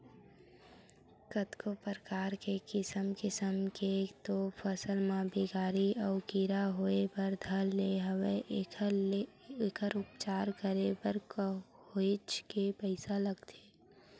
कतको परकार के किसम किसम के तो फसल म बेमारी अउ कीरा होय बर धर ले एखर उपचार करे बर काहेच के पइसा लगथे